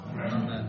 Amen